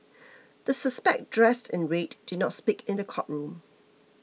the suspect dressed in red did not speak in the courtroom